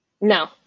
No